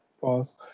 pause